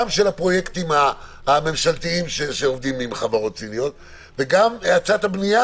גם של הפרויקטים הממשלתיים שעובדים עם חברות סיניות וגם להאצת הבנייה,